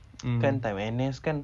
mm